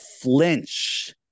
flinch